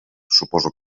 suposo